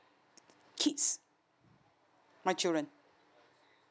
kids my children